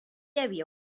havia